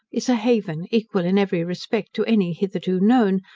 is a haven, equal in every respect to any hitherto known,